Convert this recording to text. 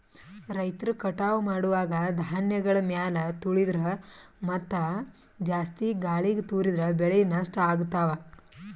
ರೈತರ್ ಕಟಾವ್ ಮಾಡುವಾಗ್ ಧಾನ್ಯಗಳ್ ಮ್ಯಾಲ್ ತುಳಿದ್ರ ಮತ್ತಾ ಜಾಸ್ತಿ ಗಾಳಿಗ್ ತೂರಿದ್ರ ಬೆಳೆ ನಷ್ಟ್ ಆಗ್ತವಾ